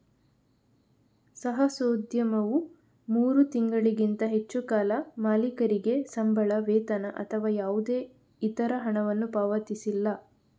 ಸಾಹಸೋದ್ಯಮವು ಮೂರು ತಿಂಗಳಿಗಿಂತ ಹೆಚ್ಚು ಕಾಲ ಮಾಲೀಕರಿಗೆ ಸಂಬಳ, ವೇತನ ಅಥವಾ ಯಾವುದೇ ಇತರ ಹಣವನ್ನು ಪಾವತಿಸಿಲ್ಲ